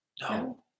No